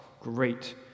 Great